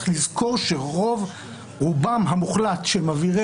צריך לזכור של רובם המוחלט של מבעירי